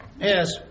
Yes